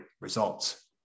results